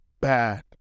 bad